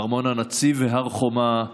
ארמון הנציב והר חומה,